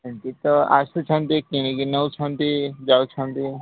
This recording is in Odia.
ସେମତି ତ ଆସୁଛନ୍ତି କିଣିକି ନେଉଛନ୍ତି ଯାଉଛନ୍ତି